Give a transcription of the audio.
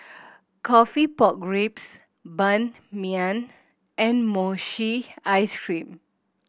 coffee pork ribs Ban Mian and mochi ice cream